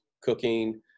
Cooking